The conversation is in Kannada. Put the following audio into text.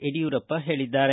ಯಡಿಯೂರಪ್ಪ ಹೇಳಿದ್ದಾರೆ